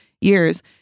years